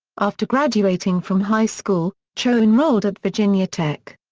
after graduating from high school, cho enrolled at virginia tech.